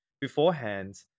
beforehand